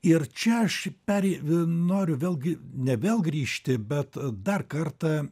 ir čia aš per noriu vėlgi ne vėl grįžti bet dar kartą